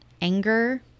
anger